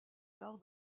tard